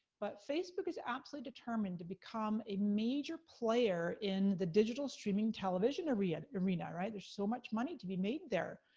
but facebook is absolutely determined to become a major player in the digital streaming television arena, and right? there's so much money to be made there.